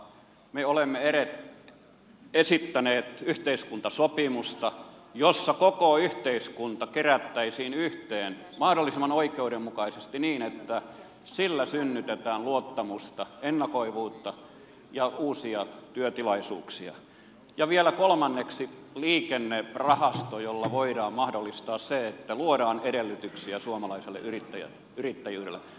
me olemme esittäneet yhteiskuntasopimusta jossa koko yhteiskunta kerättäisiin yhteen mahdollisimman oikeudenmukaisesti niin että sillä synnytetään luottamusta ennakoivuutta ja uusia työtilaisuuksia ja vielä kolmanneksi liikennerahastoa jolla voidaan mahdollistaa se että luodaan edellytyksiä suomalaiselle yrittäjyydelle